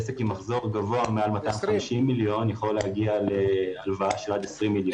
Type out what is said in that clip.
עסק עם מחזור גבוה מעל 250 מיליון יכול להגיע להלוואה של עד 20 מיליון.